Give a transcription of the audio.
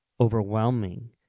overwhelming